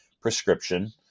prescription